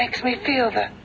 makes me feel that